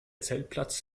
zeltplatz